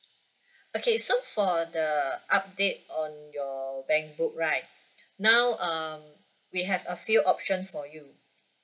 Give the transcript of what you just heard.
okay so for the update on your bank book right now um we have a few option for you